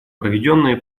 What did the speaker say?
проведенное